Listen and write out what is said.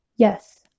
Yes